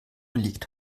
liegt